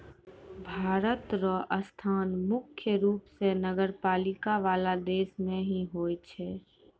भारत र स्थान मुख्य रूप स नगरपालिका वाला देश मे ही होय छै